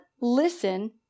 listen